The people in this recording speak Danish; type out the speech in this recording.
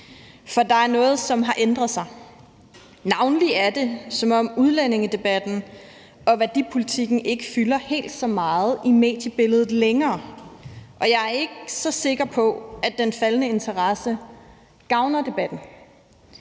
for der er noget, som har ændret sig. Navnlig er det, som om udlændingedebatten og værdipolitikken ikke fylder helt så meget i mediebilledet længere, og jeg ikke så sikker på, at den faldende interesse gavner debatten.